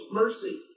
mercy